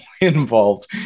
involved